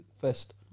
First